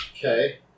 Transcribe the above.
Okay